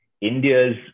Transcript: India's